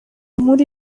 nkuru